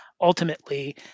ultimately